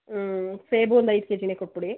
ಹ್ಞೂ ಸೇಬು ಒಂದು ಐದು ಕೆ ಜಿನೇ ಕೊಟ್ಬಿಡಿ